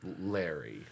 Larry